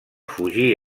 fugí